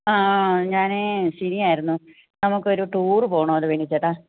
ആ ഞാനേ ഷെനിയായിരുന്നു നമുക്കൊരു ടൂറ് പോവണമല്ലോ വേണിച്ചേട്ടാ